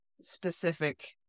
specific